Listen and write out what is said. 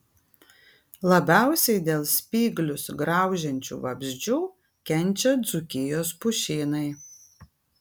labiausiai dėl spyglius graužiančių vabzdžių kenčia dzūkijos pušynai